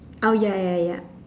oh ya ya ya